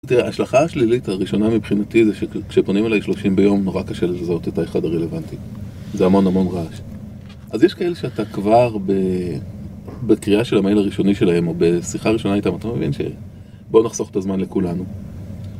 השלכה השלילית הראשונה מבחינתי זה שכשפונים אליי שלושים ביום נורא קשה לזהות את האחד הרלוונטי זה המון המון רעש אז יש כאלה שאתה כבר בקריאה של המייל הראשוני שלהם או בשיחה הראשונה איתם אתה מבין שבוא נחסוך את הזמן לכולנו